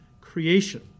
creation